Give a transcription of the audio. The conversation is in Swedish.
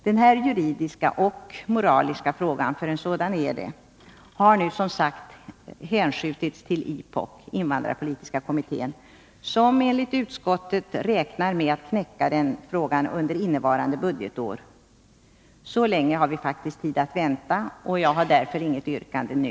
Den här juridiska och moraliska frågan — för en sådan är det — har nu som sagt hänskjutits till IPOK — invandrarpolitiska kommittén — som enligt utskottet räknar med att lösa frågan under innevarande budgetår. Så länge har vi faktiskt tid att vänta, och jag har därför inget yrkande nu.